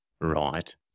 right